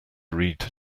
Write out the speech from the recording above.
read